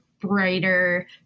brighter